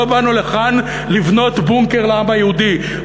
לא באנו לכאן לבנות בונקר לעם היהודי,